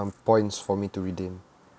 um points for me to redeem